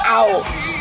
out